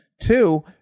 Two